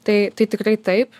tai tai tikrai taip